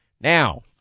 now